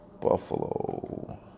Buffalo